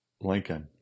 Lincoln